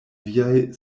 viaj